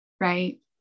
right